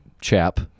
chap